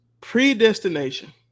Predestination